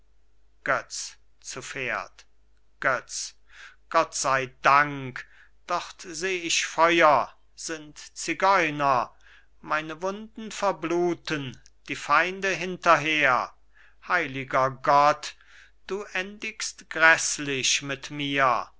götz gott sei dank dort seh ich feuer sind zigeuner meine wunden verbluten die feinde hinterher heiliger gott du endigst gräßlich mit mir